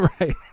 Right